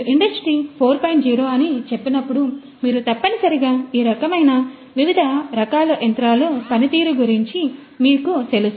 0 అని చెప్పినప్పుడు మీరు తప్పనిసరిగా ఈ రకమైన వివిధ రకాల యంత్రాలు పనితీరు గురించి మీకు తెలుసు